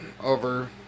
over